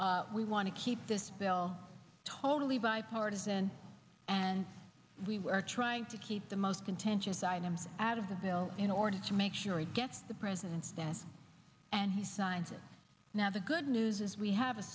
we want to keep this bill totally bipartisan and we were trying to keep the most contentious items out of the bill in order to make sure it gets the president's stance and he signs it now the good news is we have a